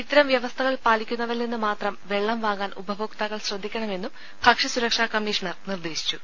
ഇത്തരം വൃവസ്ഥകൾ പാലിക്കുന്നവരിൽ നിന്ന് മാത്രം വെള്ളം വാങ്ങാൻ ഉപഭോക്താക്കൾ ശ്രദ്ധിക്കണമെന്നും ഭക്ഷ്യസുരക്ഷാ കമ്മീ ഷണർ നിർദേശിച്ചു